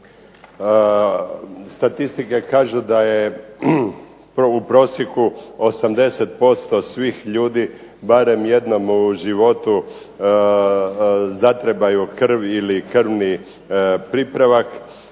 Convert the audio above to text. Statistika kaže da je u prosjeku 80% svih ljudi barem jednom u životu zatrebaju krv ili krvni pripravak,